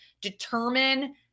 Determine